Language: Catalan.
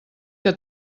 que